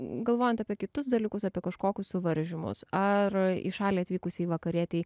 galvojant apie kitus dalykus apie kažkokius suvaržymus ar į šalį atvykusį vakarietį